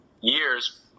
years